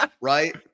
Right